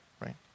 right